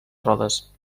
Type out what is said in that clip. rodes